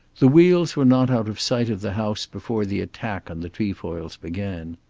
the wheels were not out of sight of the house before the attack on the trefoils began.